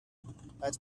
that’s